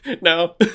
No